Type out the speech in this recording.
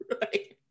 right